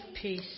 Peace